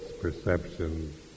perceptions